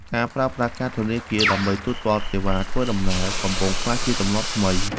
ការប្រើប្រាស់កាតធនាគារដើម្បីទូទាត់សេវាធ្វើដំណើរ កំពុងក្លាយជាទម្លាប់ថ្មី។